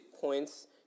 points